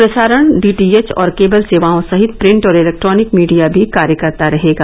प्रसारण डीटीएच और केबल सेवाओं सहित प्रिंट और इलैंक्ट्रोनिक मीडिया भी कार्य करता रहेगा